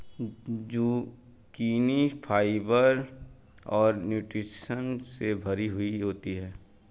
zucchini fibre और nutritions से भरी हुई होती है